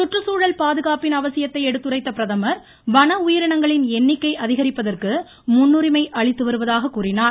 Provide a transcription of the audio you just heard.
சுற்றுச்சூழல் பாதுகாப்பின் அவசியத்தை எடுத்துரைத்த பிரதமர் வன உயிரினங்களின் எண்ணிக்கை அதிகரிப்பதற்கு முன்னுரிமை அளித்து வருவதாக கூறினார்